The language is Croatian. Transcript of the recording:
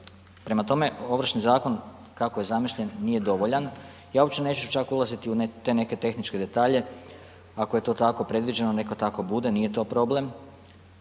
Prema tome, Ovršni zakon kako je zamišljen, nije dovoljan, ja uopće neću čak ulaziti u te neke tehničke detalje, ako je to tako predviđeno, neka tako bude, nije to problem,